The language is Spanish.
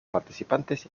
participantes